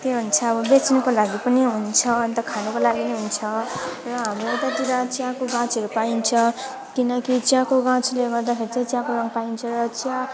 त्यही हुन्छ अब बेच्नको लागि पनि हुन्छ अन्त खानको लागि पनि हुन्छ र हाम्रो यतातिर चियाको गाछहरू पाइन्छ किनकि चियाको गाछले गर्दाखेरि चाहिँ चियाको रङ पाइन्छ चिया